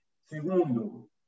Segundo